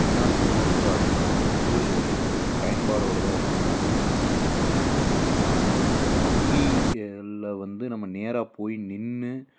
technology வந்து ரொம்ப அதிகமாக வந்து பயன்பாடோட தான் இருக்கும்னு நான் சொல்லுவேன் ஏன்னால் நான் வங்கி எல்ல வந்து நம்ம நேராக போய் நின்று